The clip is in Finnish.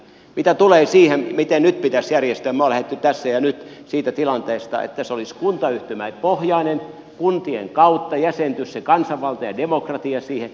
mitä tulee siihen miten nyt pitäisi järjestää niin me olemme lähteneet tässä ja nyt siitä tilanteesta että se olisi kuntayhtymäpohjainen kun tien kautta jäsentyisi kansanvalta ja demokratia siihen